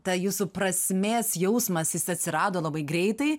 ta jūsų prasmės jausmas jis atsirado labai greitai